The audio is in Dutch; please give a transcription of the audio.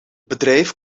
bedrijf